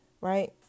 Right